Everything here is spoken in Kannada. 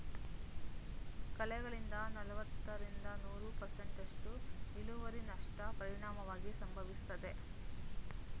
ಕಳೆಗಳಿಂದ ನಲವತ್ತರಿಂದ ನೂರು ಪರ್ಸೆಂಟ್ನಸ್ಟು ಇಳುವರಿನಷ್ಟ ಪರಿಣಾಮವಾಗಿ ಸಂಭವಿಸ್ತದೆ